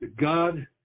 God